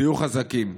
תהיו חזקים.